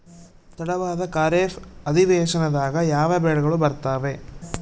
ತಡವಾದ ಖಾರೇಫ್ ಅಧಿವೇಶನದಾಗ ಯಾವ ಬೆಳೆಗಳು ಬರ್ತಾವೆ?